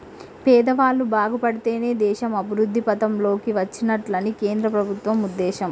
పేదవాళ్ళు బాగుపడితేనే దేశం అభివృద్ధి పథం లోకి వచ్చినట్లని కేంద్ర ప్రభుత్వం ఉద్దేశం